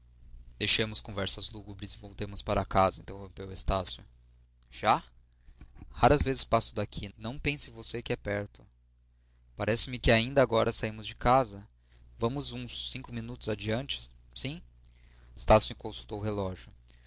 deixemos conversas lúgubres e voltemos para casa interrompeu estácio já raras vezes passo daqui e não pense você que é perto parece-me que ainda agora saímos de casa vamos uns cinco minutos adiante sim estácio consultou o relógio